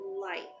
light